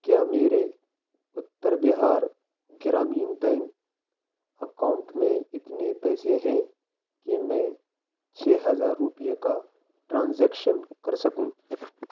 کیا میرے Uttar Bihar Gramin bank account میں اتنے پیسے ہیں کہ میں چھ ہزار روپے کا ٹرانزیکشن کر سکوں